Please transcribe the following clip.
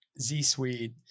Z-Suite